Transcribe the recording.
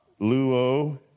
luo